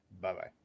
Bye-bye